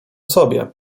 sobie